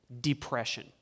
depression